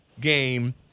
game